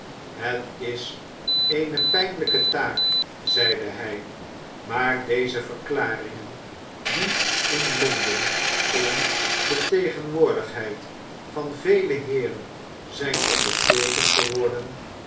het is eene pijnlijke taak zeide hij maar deze verklaringen die in londen in de tegenwoordigheid van vele heeren zijn onderteekend geworden